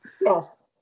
Yes